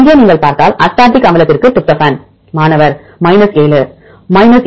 இங்கே நீங்கள் பார்த்தால் அஸ்பார்டிக் அமிலத்திற்கு டிரிப்டோபான் மாணவர் 7